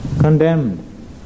condemned